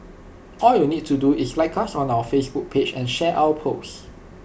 all you need to do is like us on our Facebook page and share our post